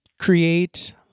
Create